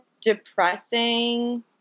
depressing